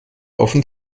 offen